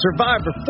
Survivor